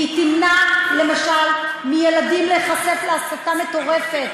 והיא תמנע למשל מילדים להיחשף להסתה מטורפת,